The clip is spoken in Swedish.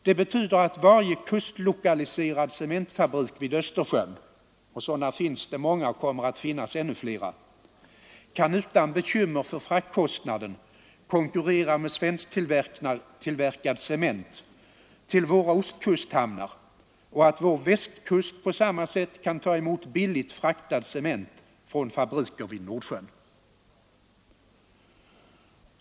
Det betyder att varje kustlokaliserad cementfabrik vid Östersjön — sådana finns det många och kommer att finnas ännu flera — utan bekymmer för fraktkostnaden kan konkurrera med svensktillverkad cement till våra ostkusthamnar och att vår västkust på samma sätt kan ta emot billigt fraktad cement från fabriker vid Nordsjön.